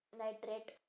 nitrate